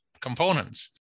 components